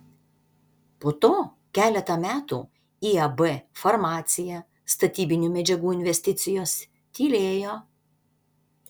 po to keletą metų iab farmacija statybinių medžiagų investicijos tylėjo